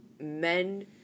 men